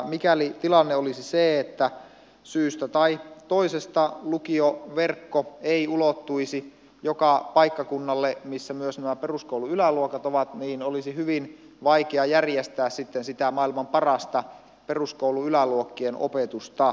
mikäli tilanne olisi se että syystä tai toisesta lukioverkko ei ulottuisi joka paikkakunnalle missä myös nämä peruskoulun yläluokat ovat niin olisi hyvin vaikea järjestää sitten sitä maailman parasta peruskoulun yläluokkien opetusta